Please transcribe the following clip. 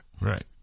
Right